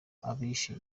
abishe